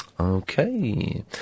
Okay